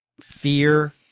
fear